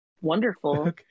wonderful